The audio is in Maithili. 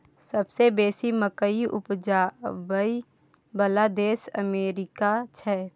सबसे बेसी मकइ उपजाबइ बला देश अमेरिका छै